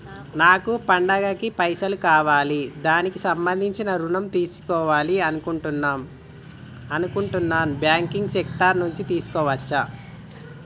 నాకు పండగ కి పైసలు కావాలి దానికి సంబంధించి ఋణం తీసుకోవాలని అనుకుంటున్నం నాన్ బ్యాంకింగ్ సెక్టార్ నుంచి తీసుకోవచ్చా?